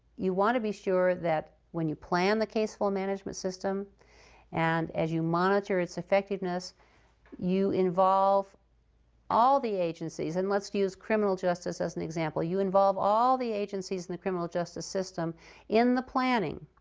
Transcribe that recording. you want to be sure that when you plan the caseflow management system and as you monitor its effectiveness you involve all the agencies. and let's use criminal justice as an example. you involve all the agencies in the criminal justice system in the planning,